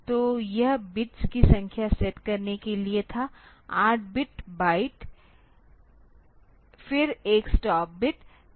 तो यह बिट्स की संख्या सेट करने के लिए था 8 बिट बाइट फिर 1 स्टॉप बिट